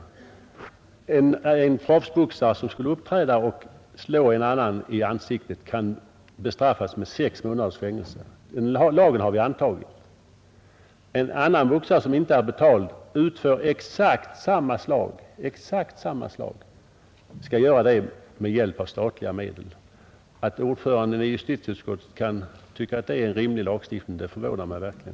Om en proffsboxare uppträder och slår en annan i ansiktet, kan han bestraffas med sex månaders fängelse. Den lagen har vi antagit. Men om en annan boxare, som inte har betalt för att boxas, utför exakt samma slag, så får han göra det med hjälp av statliga medel. Att ordföranden i justitieutskottet kan tycka att det är en rimlig lagstiftning förvånar mig verkligen!